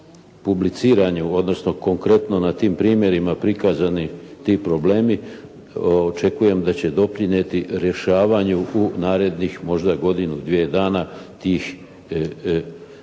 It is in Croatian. publiciranju, odnosno konkretno na tim primjerima prikazani ti problemi očekujem da će doprinijeti rješavanju u narednih možda godinu-dvije dana tih stvarno